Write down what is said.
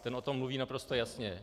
Ten o tom mluví naprosto jasně.